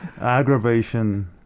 aggravation